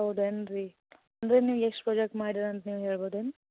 ಹೌದು ಏನು ರೀ ಅಂದರೆ ನೀವು ಎಷ್ಟು ವಜಾಕ್ಕೆ ಮಾಡಿರಿ ಅಂತ ನೀವು ಹೇಳ್ಬೋದೆನ್